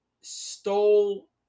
stole